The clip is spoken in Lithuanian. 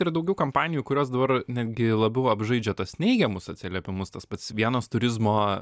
yra daugiau kampanijų kurios dabar netgi labiau apžaidžia tuos neigiamus atsiliepimus tas pats vienos turizmo